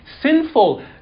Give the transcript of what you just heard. sinful